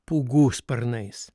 pūgų sparnais